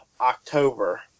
October